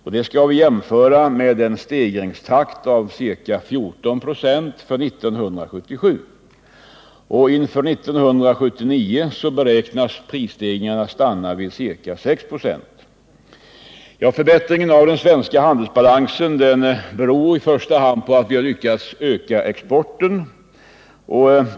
Detta skall vi jämföra med en stegringstakt av ca 14 96 för 1977. Inför 1979 beräknas prisstegringarna kunna stanna vid ca Förbättringen av den svenska handelsbalansen beror främst på att vi har lyckats öka exporten.